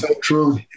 true